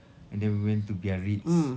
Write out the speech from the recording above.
and then we went to biarritz